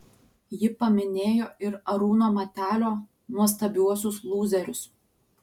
ji paminėjo ir arūno matelio nuostabiuosius lūzerius